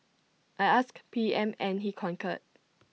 I asked P M and he concurred